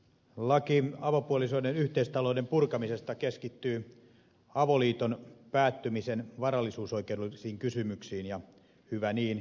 laki avopuolisoiden yhteistalouden purkamisesta keskittyy avoliiton päättymisen varallisuusoikeudellisiin kysymyksiin ja hyvä niin